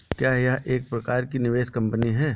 क्या यह एक प्रकार की निवेश कंपनी है?